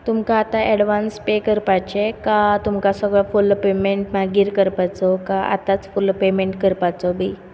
तुमकां आतां advance pay करपाचे काय तुमकां सगळो फूल पेमेंट मागीर करपाचो काय आतांच फूल पेमेंट करपाचो बी